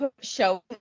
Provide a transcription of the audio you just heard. show